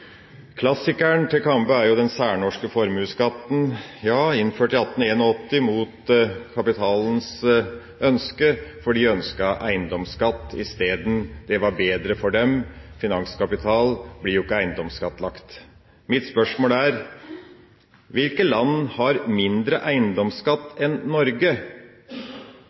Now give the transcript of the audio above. Klassikeren til Kambe er jo den særnorske formuesskatten, innført i 1881 mot kapitalistenes ønske, for de ønsket eiendomsskatt isteden. Det var bedre for dem – finanskapital blir jo ikke eiendomsskattlagt. Mitt spørsmål er: Hvilke land har mindre eiendomsskatt enn Norge